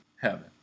heaven